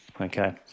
Okay